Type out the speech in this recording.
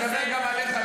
אני מדבר גם עליך.